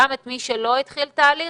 גם את מי שלא התחיל תהליך,